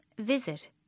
Visit